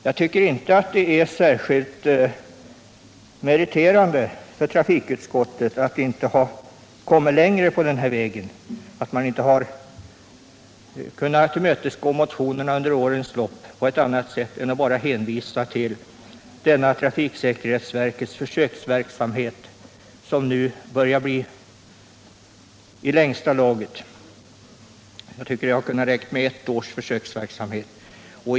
Jag tycker inte att det är särskilt meriterande för trafikutskottet att inte ha kommit längre i detta avseende och att utskottet under årens lopp inte har kunnat tillmötesgå motionerna utan bara hänvisat till denna trafiksäkerhetsverkets försöksverksamhet, som nu har pågått i längsta laget. Det kunde ha räckt med ett års försöksverksamhet.